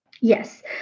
Yes